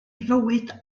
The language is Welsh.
fywyd